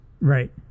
Right